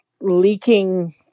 leaking